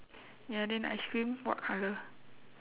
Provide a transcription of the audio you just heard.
ya then ice cream what colour